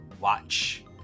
watch